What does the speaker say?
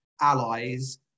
allies